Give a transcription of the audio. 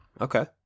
okay